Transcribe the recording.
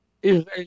Israel